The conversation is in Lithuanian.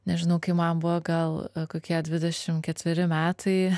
nežinau kai man buvo gal kokie dvidešim ketveri metai